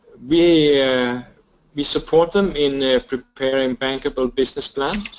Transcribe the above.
we yeah we support them in preparing bankable business plan,